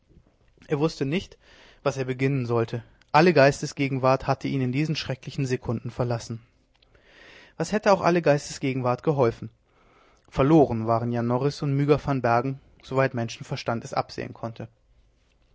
er wußte nicht was er beginnen sollte alle geistesgegenwart hatte ihn in diesen schrecklichen sekunden verlassen was hätte auch alle geistesgegenwart geholfen verloren waren jan norris und myga van bergen soweit menschenverstand es absehen konnte